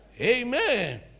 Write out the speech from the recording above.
Amen